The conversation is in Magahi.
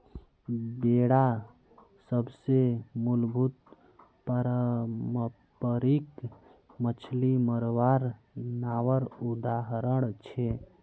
बेडा सबसे मूलभूत पारम्परिक मच्छ्ली मरवार नावर उदाहरण छे